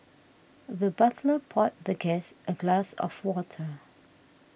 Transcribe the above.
the butler poured the guest a glass of water